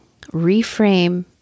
Reframe